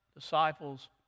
disciples